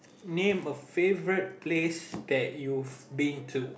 name a favorite place that you've been to